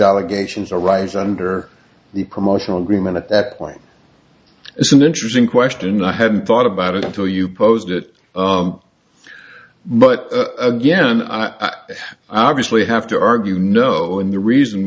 allegations arise under the promotional agreement at that point it's an interesting question i hadn't thought about it until you posed it but again i obviously have to argue no and the reason